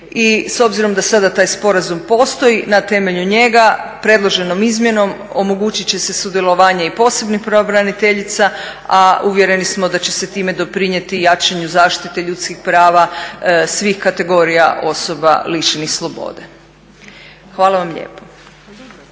i s obzirom da sada taj sporazum postoji na temelju njega predloženom izmjenom omogućit će se sudjelovanje i posebnih pravobraniteljica, a uvjereni smo da će se time doprinijeti jačanju zaštite ljudskih prava svih kategorija osoba lišenih slobode. Hvala vam lijepo. **Zgrebec,